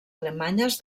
alemanyes